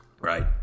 Right